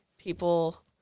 people